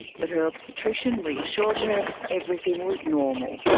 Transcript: but her obstetrician reassured her everything was normal.